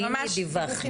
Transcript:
"הנה, דיווחנו".